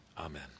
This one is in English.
Amen